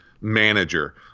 manager